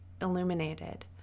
illuminated